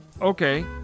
okay